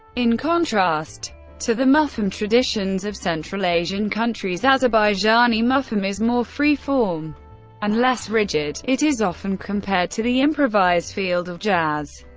in contrast to the mugham traditions of central asian countries, azerbaijani mugham is more free-form and less rigid it is often compared to the improvised field of jazz.